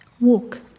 walk